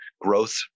growth